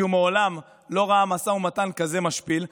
שהוא מעולם לא ראה משא ומתן משפיל כזה.